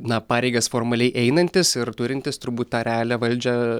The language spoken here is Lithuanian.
na pareigas formaliai einantis ir turintis turbūt tą realią valdžią